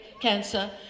cancer